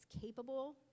capable